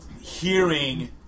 hearing